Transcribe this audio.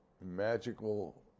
magical